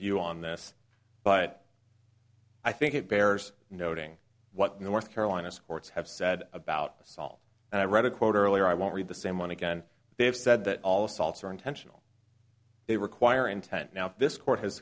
view on this but i think it bears noting what north carolina's courts have said about this all and i read a quote earlier i won't read the same one again they have said that all assaults are intentional they require intent now this court has